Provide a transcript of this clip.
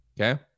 okay